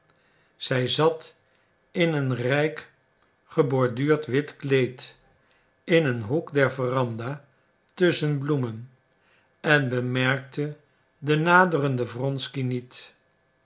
zij zat in een rijk geborduurd wit kleed in een hoek der veranda tusschen bloemen en bemerkte den naderenden wronsky niet